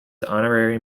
honorary